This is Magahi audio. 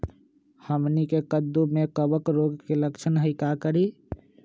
हमनी के कददु में कवक रोग के लक्षण हई का करी?